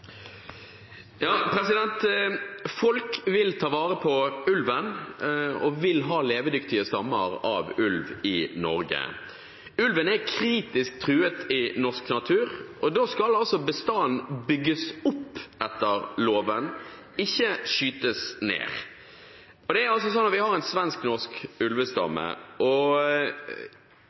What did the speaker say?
Folk vil ta vare på ulven og vil ha levedyktige stammer av ulv i Norge. Ulven er kritisk truet i norsk natur, og da skal altså bestanden etter loven bygges opp, ikke skytes ned. Vi har en svensk-norsk ulvestamme, og tanken til Stortinget var at vi burde ha en